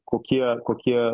kokie kokie